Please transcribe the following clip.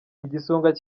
igisonga